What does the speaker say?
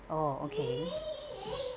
oh okay